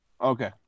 Okay